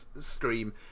stream